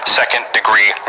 second-degree